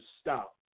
stop